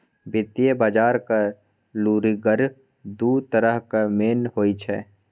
वित्तीय बजारक लुरिगर दु तरहक मेन होइ छै